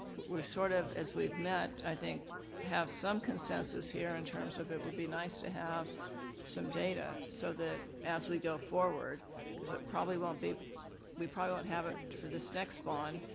we've sort of, as we've met, i think have some consensus here in terms of it will be nice to have some data so that as we go forward because it probably won't be we probably won't have it for this next bond,